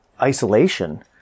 isolation